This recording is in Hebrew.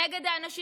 נגד האנשים